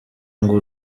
ngo